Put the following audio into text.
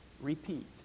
repeat